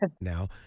now